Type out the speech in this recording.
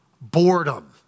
boredom